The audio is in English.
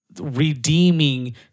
redeeming